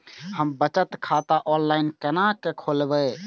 हम बचत खाता ऑनलाइन केना खोलैब?